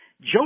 Joe